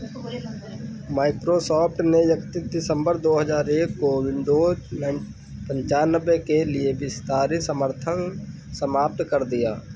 Microsoft ने इकत्तीस दिसंबर दो हज़ार एक को विंडोज नाइन पिच्चानवे के लिए विस्तारित समर्थन समाप्त कर दिया